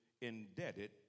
indebted